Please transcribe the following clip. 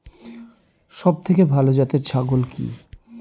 সবথেকে ভালো জাতের ছাগল কি?